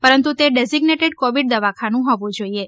પરંતુ તે designated Covid દવાખાનું હોવુ જોઇએ